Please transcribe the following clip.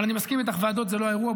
אבל אני מסכים איתך, ועדות הן לא האירוע.